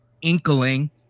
inkling